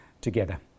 together